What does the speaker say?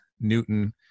Newton